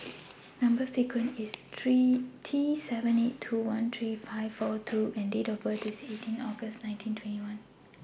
Number sequence IS T seven eight two one three four five U and Date of birth IS eighteen August nineteen twenty one